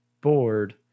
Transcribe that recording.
bored